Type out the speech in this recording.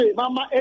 Mama